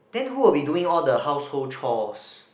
then who will be doing all the household chores